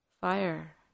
fire